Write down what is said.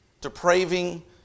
depraving